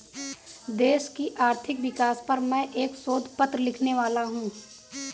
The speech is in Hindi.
देश की आर्थिक विकास पर मैं एक शोध पत्र लिखने वाला हूँ